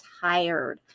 tired